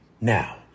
Now